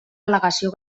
al·legació